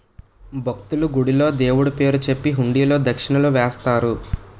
భక్తులు, గుడిలో దేవుడు పేరు చెప్పి హుండీలో దక్షిణలు వేస్తారు